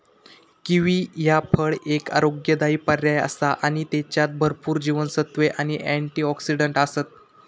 kiwi ह्या फळ एक आरोग्यदायी पर्याय आसा आणि त्येच्यात भरपूर जीवनसत्त्वे आणि अँटिऑक्सिडंट आसत